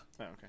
okay